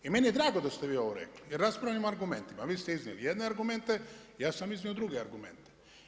I meni je drago da ste vi ovo rekli, jer raspravljamo argumentima, vi ste iznijeli jedne argumente, ja sam iznio druge argumente.